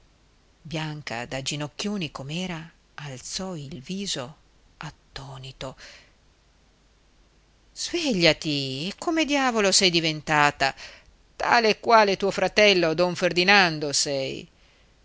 bianca da ginocchioni com'era alzò il viso attonito svegliati come diavolo sei diventata tale e quale tuo fratello don ferdinando sei